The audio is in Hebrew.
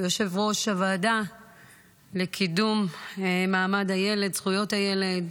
יו"ר הועדה לקידום מעמד הילד, זכויות הילד,